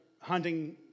hunting